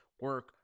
Work